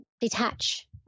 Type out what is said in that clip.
detach